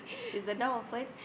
is the door open